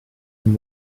and